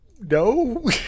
No